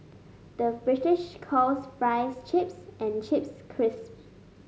the British calls fries chips and chips crisps